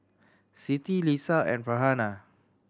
Siti Lisa and Farhanah